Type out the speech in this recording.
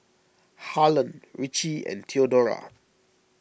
Harlan Richie and theodora